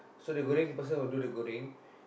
so the goreng person will do the goreng